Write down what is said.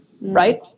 right